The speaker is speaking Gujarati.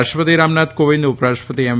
રાષ્ટ્રપતિ રામનાથ કોવિંદ ઉપરાષ્ટ્રપતિ એમ